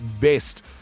best